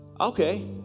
okay